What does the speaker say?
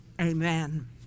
amen